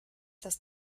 das